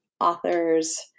authors